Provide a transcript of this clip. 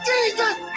Jesus